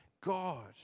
God